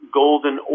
golden